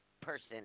person